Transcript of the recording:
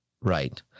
Right